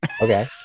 Okay